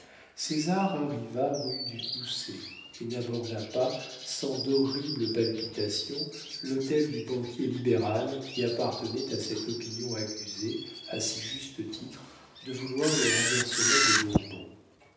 banque césar arriva rue du houssaye et n'aborda pas sans d'horribles palpitations l'hôtel du banquier libéral qui appartenait à cette opinion accusée à si juste titre de vouloir le renversement des bourbons